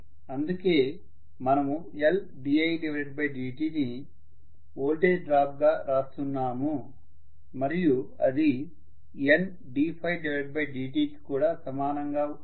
అందుకే మనము Ldidt ని వోల్టేజ్ డ్రాప్ గా రాస్తున్నాము మరియు అది Nddt కి కూడా సమానం అవుతుంది